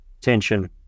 tension